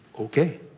okay